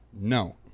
No